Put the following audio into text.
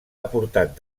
aportat